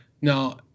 Now